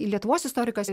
lietuvos istorikas